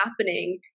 happening